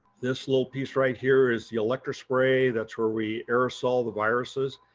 this little piece right here is the electrospray. that's where we aerosol the viruses.